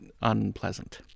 unpleasant